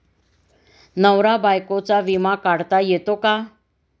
नवरा बायकोचा विमा काढता येतो का?